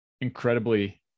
incredibly